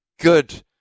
good